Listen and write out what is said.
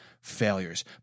failures